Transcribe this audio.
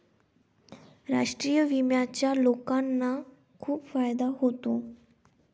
राष्ट्रीय विम्याचा लोकांना खूप फायदा होतो